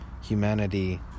humanity